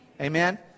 Amen